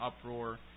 uproar